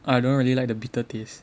I don't really like the bitter taste